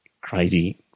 crazy